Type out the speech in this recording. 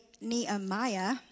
Nehemiah